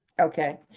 Okay